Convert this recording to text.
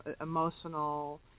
emotional